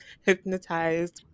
hypnotized